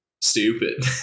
stupid